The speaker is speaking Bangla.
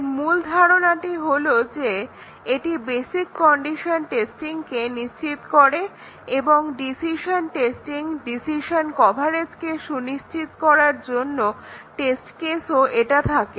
এর মূল ধারণাটি হলো যে এটি বেসিক কন্ডিশন টেস্টিংকে নিশ্চিত করে এবং ডিসিশন টেস্টিং ডিসিশন কভারেজকে সুনিশ্চিত করার জন্য টেস্ট কেসও এটা থাকে